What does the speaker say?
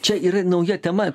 čia yra nauja tema